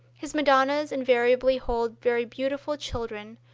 his madonnas invariably hold very beautiful children,